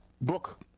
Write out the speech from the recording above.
book